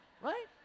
Right